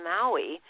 Maui